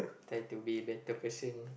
try to be a better person